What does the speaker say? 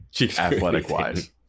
athletic-wise